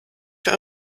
für